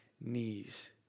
knees